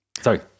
Sorry